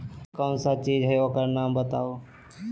कौन सा चीज है ओकर नाम बताऊ?